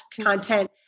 content